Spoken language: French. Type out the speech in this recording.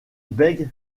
beg